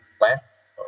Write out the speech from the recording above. less